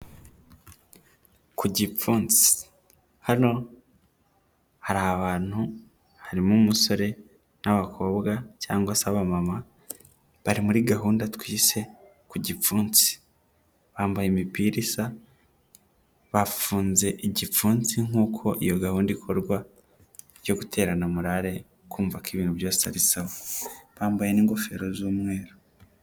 Ku gipfunsi. Hano hari abantu harimo umusore, n'abakobwa, cyangwa se aba mama bari muri gahunda twise ku gipfunsi. Bambaye imipira isa, bafunze igipfunsi nkuko iyo gahunda ikorwa, yo guterana murare, kumva ko ibintu byose ari sawa bambaye n'ingofero z'umweru.